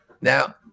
Now